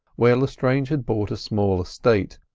where lestrange had bought a small estate,